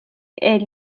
est